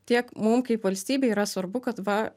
tiek mum kaip valstybei yra svarbu kad va